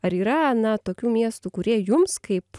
ar yra na tokių miestų kurie jums kaip